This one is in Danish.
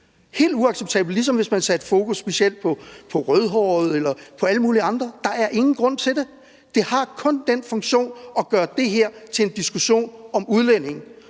helt uacceptabelt. Det er ligesom, hvis man satte fokus på rødhårede eller på alle mulige andre. Der er ingen grund til det. Det har kun den funktion at gøre det her til en diskussion om udlændinge.